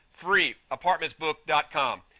freeapartmentsbook.com